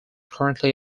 currently